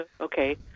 okay